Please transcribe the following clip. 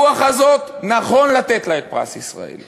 הרוח הזאת, נכון לתת לה את פרס ישראל.